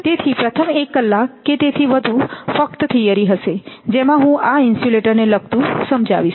તેથી પ્રથમ એક કલાક કે તેથી વધુ ફક્ત થીયરી હશે જેમાં હું આ ઇન્સ્યુલેટરને લગતું સમજાવીશ